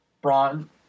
Braun